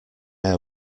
air